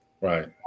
Right